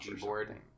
board